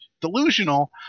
delusional